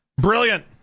Brilliant